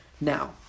now